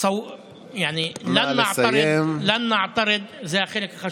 ידידותי, אולי כמו